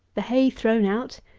the hay thrown out,